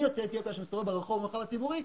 יוצא אתיופיה שמסתובב ברחוב במרחב הציבורי,